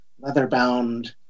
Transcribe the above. leather-bound